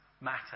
matter